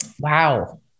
Wow